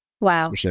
Wow